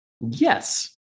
yes